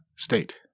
state